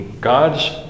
God's